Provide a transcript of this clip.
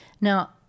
Now